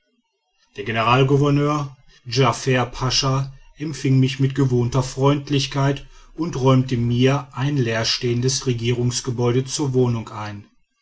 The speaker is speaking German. der generalgouverneur djafer pascha empfing mich mit gewohnter freundlichkeit und räumte mir ein leerstehendes regierungsgebäude zur wohnung ein